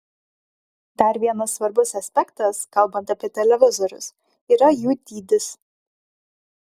dar vienas svarbus aspektas kalbant apie televizorius yra jų dydis